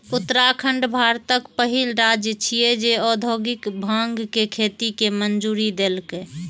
उत्तराखंड भारतक पहिल राज्य छियै, जे औद्योगिक भांग के खेती के मंजूरी देलकै